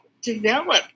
develop